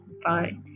bye